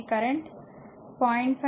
5 v0